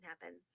happen